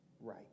right